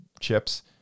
chips